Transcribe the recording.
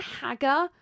Hagger